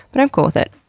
but i'm cool with it.